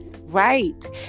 Right